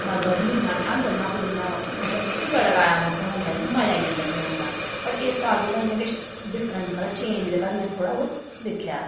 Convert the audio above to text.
ना गरमी ना ठंड ना कोई इ'न्ना मतलब टिका टकाऐ मौसम होंदा इ'यां मज़ा आई जंदा इ'त्थें रौहने दा वट् इस साल थोह्ड़ा इ'यां किश डिफरेंस मतलब चेंज़ जेह्का मतलब में थोह्ड़ा बहोत दिक्खेआ